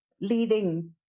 leading